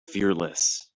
fearless